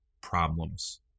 problems